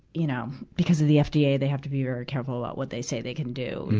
you know, because of the fda, yeah they have to be very careful about what they say they can do.